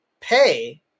pay